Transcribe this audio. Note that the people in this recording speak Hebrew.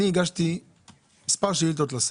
אני הגשתי מספר שאילתות לשר.